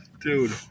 Dude